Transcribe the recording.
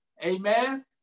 Amen